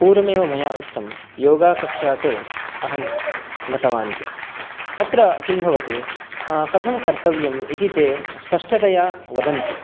पूर्वमेव मया उक्तं योगकक्षासु अहं गतवान् इति अत्र किं भवति कथं कर्तव्यम् इति ते स्पष्टतया वदन्ति